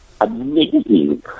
amazing